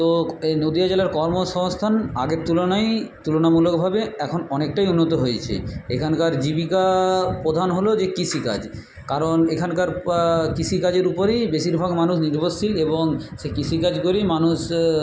তো এই নদীয়া জেলার কর্মসংস্থান আগের তুলনায় তুলনামূলকভাবে এখন অনেকটাই উন্নত হয়েছে এখানকার জীবিকা প্রধান হল যে কৃষিকাজ কারণ এখানকার কৃষিকাজের উপরেই বেশিরভাগ মানুষ নির্ভরশীল এবং সেই কৃষিকাজ করেই মানুষ